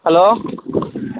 hello